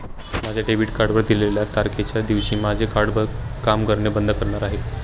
माझ्या डेबिट कार्डवर दिलेल्या तारखेच्या दिवशी माझे कार्ड काम करणे बंद करणार आहे